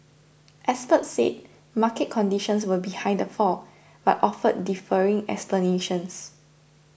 experts said market conditions were behind the fall but offered differing explanations